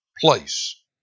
place